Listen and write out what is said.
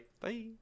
Bye